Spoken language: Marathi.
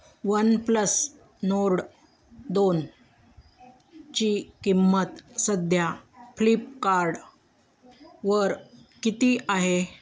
वन प्लस नोर्ड दोनची किंमत सध्या फ्लिपकार्डवर किती आहे